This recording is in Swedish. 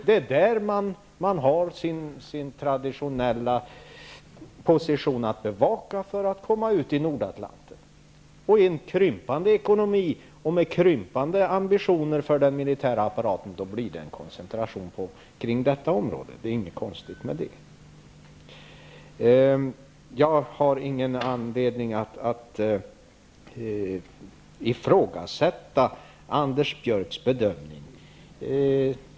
Det är där man traditionellt har en position att bevaka för att komma ut i Nordatlanten. Med krympande ekonomi och med krympande ambitioner för den militära apparaten blir det en koncentraton kring detta område. Det är ingenting konstigt med det. Jag har ingen anledning att ifrågasätta Anders Björcks bedömning.